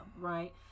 right